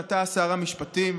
אתה שר המשפטים,